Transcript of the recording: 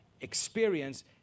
experience